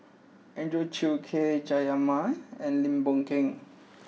Andrew Chew K Jayamani and Lim Boon Keng